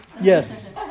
Yes